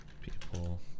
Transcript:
people